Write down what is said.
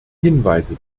hinweise